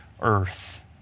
earth